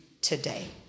today